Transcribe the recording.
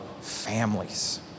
families